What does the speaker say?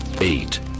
Eight